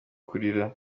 kurira